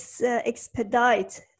expedite